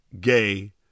gay